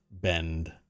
bend